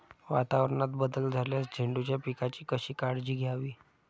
वातावरणात बदल झाल्यास झेंडूच्या पिकाची कशी काळजी घ्यावी?